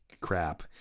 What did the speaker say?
crap